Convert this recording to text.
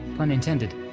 pun intended,